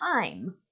time